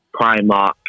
Primark